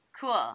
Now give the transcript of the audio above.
Cool